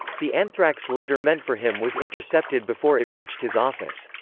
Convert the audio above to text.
the anthrax letter meant for him was intercepted before it reached his office.